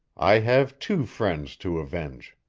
i have two friends to avenge.